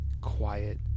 quiet